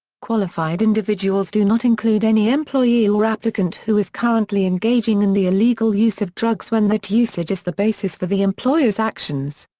qualified individuals do not include any employee or applicant who is currently engaging in the illegal use of drugs when that usage is the basis for the employer's actions.